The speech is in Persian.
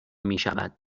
میشود